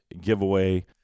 giveaway